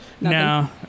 No